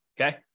okay